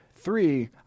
Three